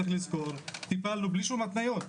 צריך לזכור שטיפלנו בלי שום התניות,